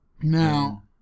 Now